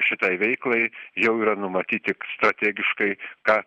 šitai veiklai jau yra numatyti strategiškai ką